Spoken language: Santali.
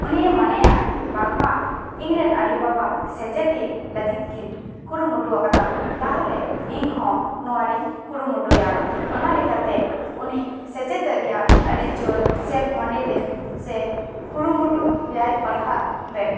ᱩᱱᱤᱭ ᱢᱚᱱᱮᱭᱟ ᱵᱟᱝᱢᱟ ᱤᱧᱨᱮᱱ ᱟᱭᱳᱼᱵᱟᱵᱟ ᱥᱮᱪᱮᱫᱤᱧ ᱞᱟᱹᱜᱤᱫ ᱠᱤᱱ ᱠᱩᱨᱩᱢᱩᱴᱩᱣ ᱟᱠᱟᱫᱟ ᱛᱟᱦᱚᱞᱮ ᱤᱧ ᱦᱚᱸ ᱱᱚᱣᱟ ᱨᱮᱧ ᱠᱩᱨᱩᱢᱩᱴᱩᱭᱟ ᱚᱱᱟ ᱞᱮᱠᱟᱛᱮ ᱩᱱᱤ ᱥᱮᱪᱮᱫᱚᱜ ᱨᱮᱭᱟᱜ ᱟᱹᱰᱤ ᱡᱳᱨ ᱥᱮ ᱢᱚᱱᱮᱨᱮ ᱥᱮ ᱠᱩᱨᱩᱢᱩᱴᱩ ᱭᱟᱭ ᱯᱟᱲᱦᱟᱜ ᱨᱮ